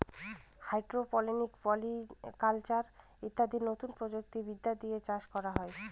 hydroponics, polyculture ইত্যাদি নতুন প্রযুক্তি বিদ্যা দিয়ে চাষ করা হয়